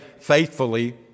faithfully